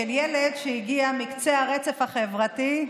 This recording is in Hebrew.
לילד שהגיע מקצה הרצף החברתי,